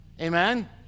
Amen